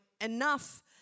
enough